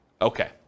Okay